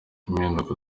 impinduka